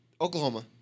Oklahoma